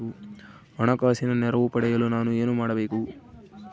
ಹಣಕಾಸಿನ ನೆರವು ಪಡೆಯಲು ನಾನು ಏನು ಮಾಡಬೇಕು?